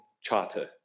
Charter